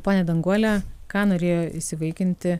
ponia danguole ką norėjo įsivaikinti